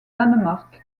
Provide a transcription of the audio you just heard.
danemark